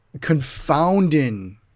confounding